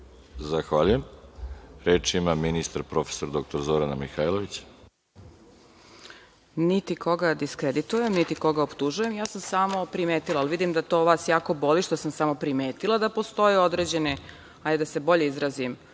Zahvaljujem. Reč ima ministar, prof. dr Zorana Mihajlović. **Zorana Mihajlović** Niti koga diskreditujem, niti koga optužujem, samo sam primetila, ali vidim da to vas jako boli što sam samo primetila da postoje određene, hajde da se bolje izrazim,